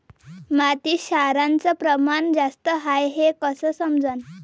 मातीत क्षाराचं प्रमान जास्त हाये हे कस समजन?